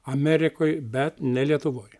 amerikoj bet ne lietuvoj